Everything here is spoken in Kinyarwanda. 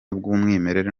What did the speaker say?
bw’umwimerere